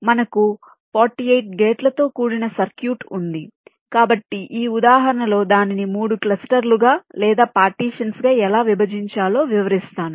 కాబట్టి మనకు 48 గేట్లతో కూడిన సర్క్యూట్ ఉంది కాబట్టి ఈ ఉదాహరణలో దానిని 3 క్లస్టర్లుగా లేదా పార్టీషన్స్ గా ఎలా విభజించాలో వివరిస్తాను